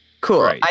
cool